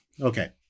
okay